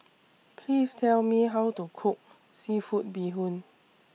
Please Tell Me How to Cook Seafood Bee Hoon